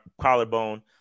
collarbone